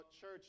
church